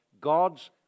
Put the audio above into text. God's